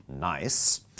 nice